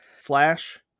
Flash